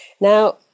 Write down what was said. Now